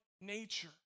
nature